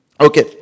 Okay